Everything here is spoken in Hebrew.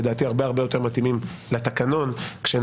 לדעתי הרבה הרבה יותר מתאימים לתקנון כשנדון